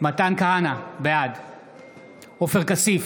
מתן כהנא, בעד עופר כסיף,